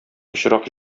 пычрак